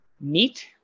neat